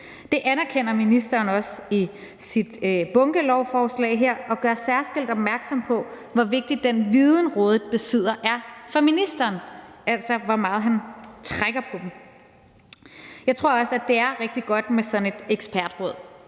Det anerkender ministeren også i sit bunkelovforslag her og gør særskilt opmærksom på, hvor vigtig den viden, rådet besidder, er for ministeren, altså hvor meget han trækker på dem. Jeg tror også, at det er rigtig godt med sådan et ekspertråd.